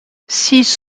six